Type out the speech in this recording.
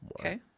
Okay